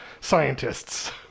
scientists